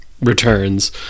returns